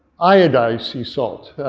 iodized, sea salt.